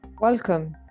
Welcome